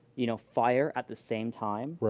you know, fire at the same time.